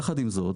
יחד עם זאת,